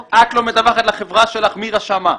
לרוקח --- את לא מדווחת לחברה שלך מי רשם מה?